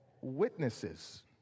witnesses